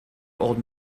old